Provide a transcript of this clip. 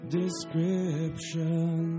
description